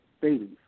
babies